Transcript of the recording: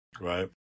Right